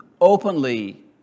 openly